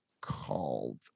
called